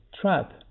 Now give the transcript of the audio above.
trap